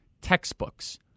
textbooks